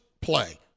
play